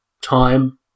time